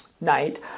night